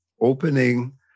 opening